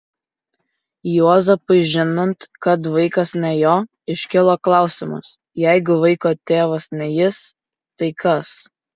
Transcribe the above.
juozapui žinant kad vaikas ne jo iškilo klausimas jeigu vaiko tėvas ne jis tai kas